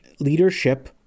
Leadership